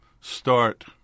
start